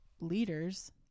leaders